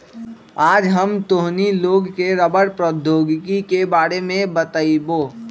आज हम तोहनी लोग के रबड़ प्रौद्योगिकी के बारे में बतईबो